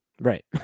Right